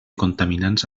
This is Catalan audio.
contaminants